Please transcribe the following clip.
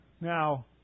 Now